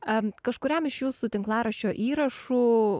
kažkuriam iš jūsų tinklaraščio įrašų